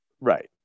right